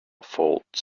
faults